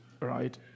Right